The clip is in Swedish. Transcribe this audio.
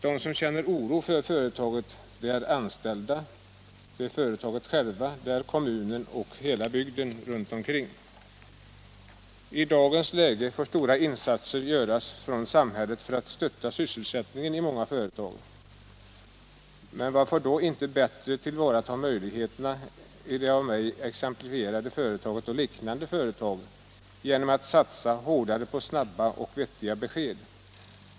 De som känner oro är = enligt 136 a§ företaget, de anställda, kommunen och hela bygden runt omkring. byggnadslagen I dagens läge får stora insatser göras från samhället för att stötta sysselsättningen i många företag. Men varför då inte bättre tillvarata möjligheterna i det av mig exemplifierade företaget och liknande företag genom att satsa hårdare på snabba och vettiga besked?